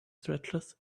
stretches